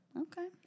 Okay